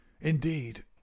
Indeed